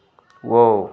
ꯋꯥꯎ